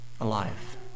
alive